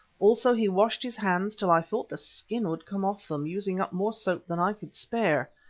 also he washed his hands till i thought the skin would come off them, using up more soap than i could spare.